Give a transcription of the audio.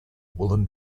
woollen